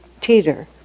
teeter